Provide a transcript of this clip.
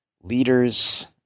Leaders